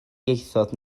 ieithoedd